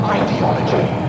ideology